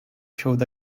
showed